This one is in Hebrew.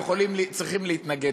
צריכים להתנגד,